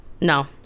No